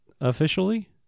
officially